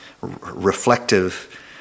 reflective